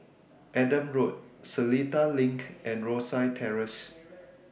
Adam Road Seletar LINK and Rosyth Terrace